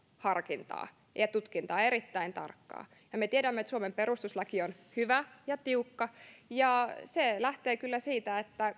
harkintaa ja ja erittäin tarkkaa tutkintaa me tiedämme että suomen perustuslaki on hyvä ja tiukka ja se lähtee kyllä siitä että